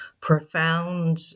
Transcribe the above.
profound